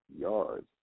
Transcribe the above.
yards